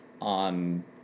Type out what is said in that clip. on